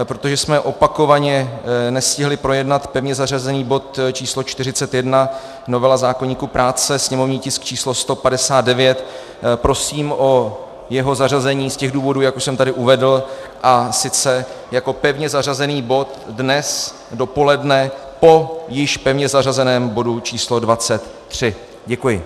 Protože jsme opakovaně nestihli projednat pevně zařazený bod číslo 41, novela zákoníku práce, sněmovní tisk číslo 159, prosím o jeho zařazení z těch důvodů, jak už jsem tady uvedl, a sice jako pevně zařazený bod dnes dopoledne po již pevně zařazeném bodu číslo 23. Děkuji.